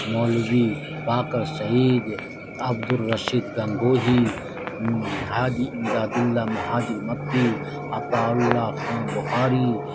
Maulvi Baqir Shaheed Abdul Rashid Gangohi Haji Imdadullah Muhajir Makki Ataullah Khan Bukhari